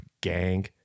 gang